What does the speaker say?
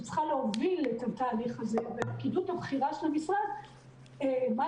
שצריכה להוביל את התהליך הזה והפקידות הבכירה של המשרד - בין